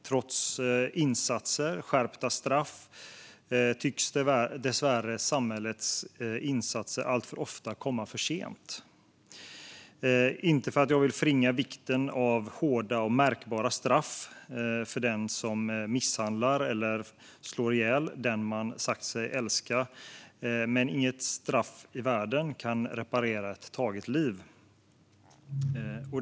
Trots insatser och skärpta straff tycks samhällets insatser dessvärre alltför ofta komma för sent. Inte för att jag vill förringa vikten av hårda och kännbara straff för den som misshandlar eller slår ihjäl den man sagt sig älska, men inget straff i världen kan reparera ett taget liv.